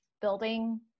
building